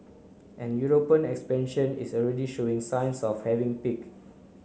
and European expansion is already showing signs of having peak